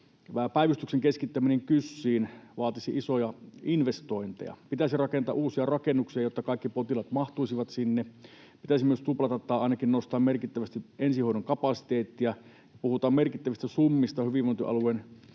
päivystyksen keskittäminen KYSiin vaatisi isoja investointeja. Pitäisi rakentaa uusia rakennuksia, jotta kaikki potilaat mahtuisivat sinne. Pitäisi myös tuplata tai ainakin nostaa merkittävästi ensihoidon kapasiteettia. Puhutaan merkittävistä summista hyvinvointialueen